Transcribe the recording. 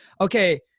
Okay